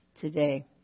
today